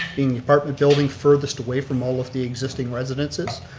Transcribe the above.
being the apartment building, furthest away from all of the existing residences.